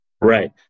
Right